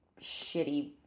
shitty